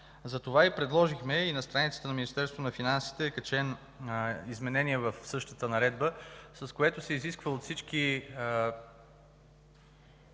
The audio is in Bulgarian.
Затова и предложихме и на страницата на Министерството на финансите е качено изменение в същата наредба, с което се изисква от всички,